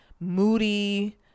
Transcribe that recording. Moody